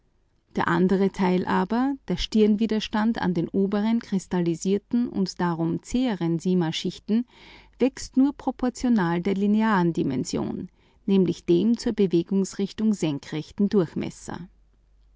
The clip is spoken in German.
der andere teil aber der stirnwiderstand an den oberen kristallisierten und darum zäheren simaschichten wächst nur proportional der linearen dimension nämlich dem zur bewegungsrichtung senkrechten durchmesser